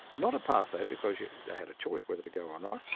not apartheidt, because you had a choice whether to go or not,